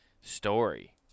story